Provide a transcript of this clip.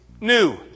new